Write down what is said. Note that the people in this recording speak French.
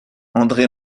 andré